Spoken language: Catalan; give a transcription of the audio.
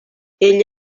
ell